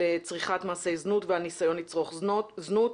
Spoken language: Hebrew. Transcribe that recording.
צריכת מעשי זנות ועל ניסיון לצרוך זנות,